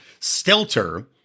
Stelter